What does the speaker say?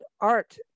art